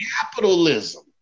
capitalism